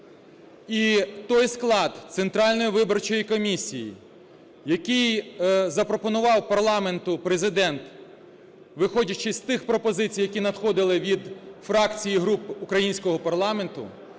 І той склад Центральної виборчої комісії, який запропонував парламенту Президент, виходячи з тих пропозицій, які надходили від фракцій і груп українського парламенту,